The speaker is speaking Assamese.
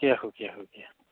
সুকীয়া সুকীয়া সুকীয়া